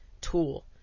tool